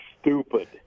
stupid